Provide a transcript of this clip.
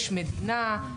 יש מדינה,